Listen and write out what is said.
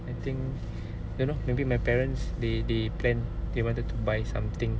I think don't know maybe my parents they they plan they wanted to buy something